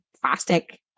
plastic